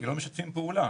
כי לא משתפים פעולה.